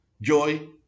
joy